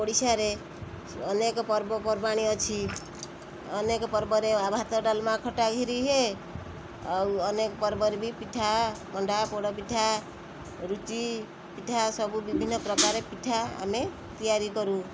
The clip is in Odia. ଓଡ଼ିଶାରେ ଅନେକ ପର୍ବପର୍ବାଣୀ ଅଛି ଅନେକ ପର୍ବରେ ଭାତ ଡାଲମା ଖଟା କ୍ଷୀରି ହିଏ ଆଉ ଅନେକ ପର୍ବରେ ବି ପିଠା ମଣ୍ଡା ପୋଡ଼ପିଠା ରୁଚିପିଠା ସବୁ ବିଭିନ୍ନ ପ୍ରକାର ପିଠା ଆମେ ତିଆରି କରୁ